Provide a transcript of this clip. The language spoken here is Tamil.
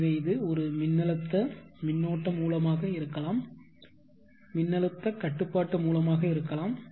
எனவே இது ஒரு மின்னழுத்த மின்னோட்ட மூலமாக இருக்கலாம் மின்னழுத்த கட்டுப்பாட்டு மூலமாக இருக்கலாம்